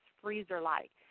freezer-like